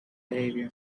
behavior